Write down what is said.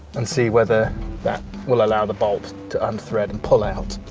and see whether that will allow the bolt to unthread and pull out.